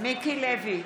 מיקי לוי,